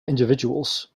individuals